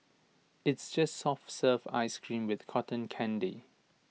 it's just soft serve Ice Cream with Cotton Candy